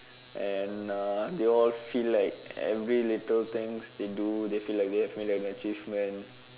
and uh they all feel like everything little things they do they feel like they have made an achievement